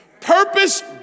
purpose